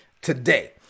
today